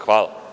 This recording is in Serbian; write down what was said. Hvala.